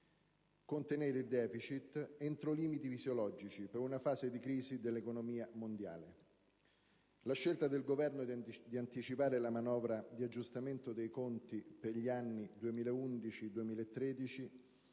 contenere il deficit entro limiti fisiologici per una fase di crisi dell'economia mondiale. La scelta del Governo di anticipare la manovra di aggiustamento dei conti per gli anni 2011-2013